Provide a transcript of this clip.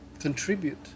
Contribute